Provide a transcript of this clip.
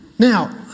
Now